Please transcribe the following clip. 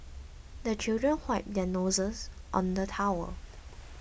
the children wipe their noses on the towel